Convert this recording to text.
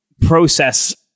process